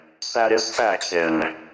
Satisfaction